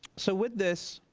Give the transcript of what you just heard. so with this,